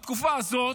בתקופה הזאת